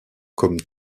comme